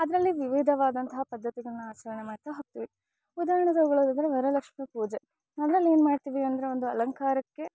ಅದರಲ್ಲಿ ವಿವಿಧವಾದಂತಹ ಪದ್ದತಿಗಳನ್ನ ಆಚರಣೆ ಮಾಡ್ತಾ ಹೋಗ್ತೀವಿ ಉದಾಹರ್ಣೆ ತಗೋಳ್ಳೋದಾದ್ರೆ ವರಲಕ್ಷ್ಮಿ ಪೂಜೆ ಅದ್ರಲ್ಲಿ ಏನು ಮಾಡ್ತೀವಿ ಅಂದರೆ ಒಂದು ಅಲಂಕಾರಕ್ಕೆ